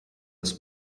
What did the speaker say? das